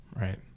right